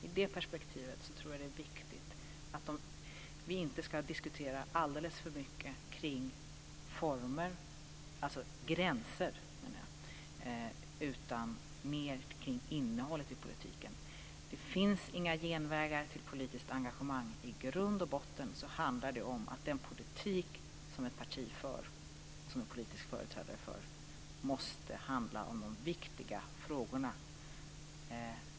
I det perspektivet tror jag att det är viktigt att vi inte diskuterar alldeles för mycket kring gränser utan mer kring innehållet i politiken. Det finns inga genvägar till politiskt engagemang. I grund och botten handlar det om att den politik som ett parti eller en politisk företrädare för måste handla om de viktiga frågorna.